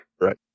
Right